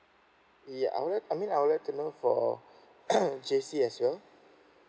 ya I would like I mean I would like to know for J_C as well